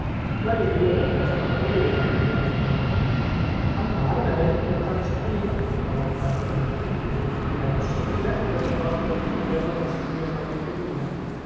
l'allegria dei tre ascoltatori era prontamente svanita andarvene piantarci qui esclamò il padre restituto ma è possibile fratello prospero che vi prenda una simile malinconia